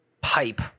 pipe